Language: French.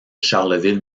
charleville